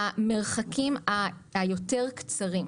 במרחקים היותר קצרים.